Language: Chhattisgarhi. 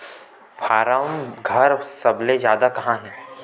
फारम घर सबले जादा कहां हे